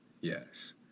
Yes